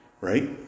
Right